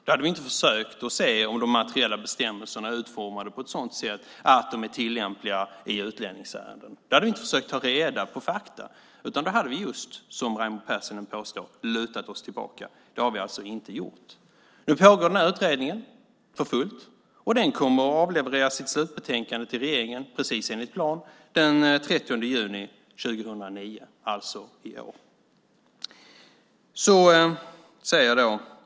Då hade vi inte försökt att se om de materiella bestämmelserna är utformade på ett sådant sätt att de är tillämpliga i utlänningsärenden. Då hade vi inte försökt att ta reda på fakta, utan då hade vi, som Raimo Pärssinen påstår, lutat oss tillbaka. Det har vi inte gjort. Nu pågår utredningen för fullt. Den kommer att avleverera sitt betänkande till regeringen precis enligt plan den 30 juni 2009, alltså i år.